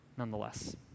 Nonetheless